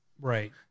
Right